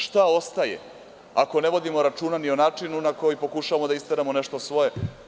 Šta ostaje, ako ne vodimo računa ni o načinu na koji pokušavamo da isteramo nešto svoje?